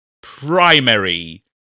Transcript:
primary